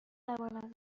توانم